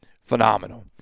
phenomenal